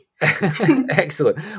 Excellent